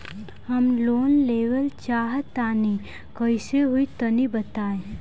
हम लोन लेवल चाहऽ तनि कइसे होई तनि बताई?